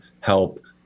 help